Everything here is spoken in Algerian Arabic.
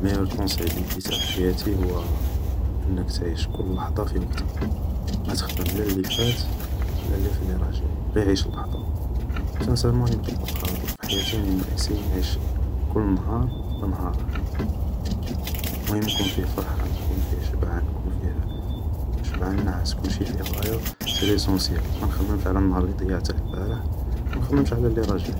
مايور كونساي اللي ديته في حياتي هو انك تعيش كل لحضة في وقتها, ما تخمم لا اللي فات لا في اللي راه جاي, غي عيش اللحضة, سانسارمون راني مطبقها في حياتي, راني ناسييي نعيش كل نهار بنهاره, مهم نكون فيه فرحان نكون فيه شبعان نكون فيه شبعان نعاس, كلشي يكون فيه غاية, سي ليسونسيال, ما نخممش على النهار اللي ضيعته البارح, و منخممش على اللي راه جاي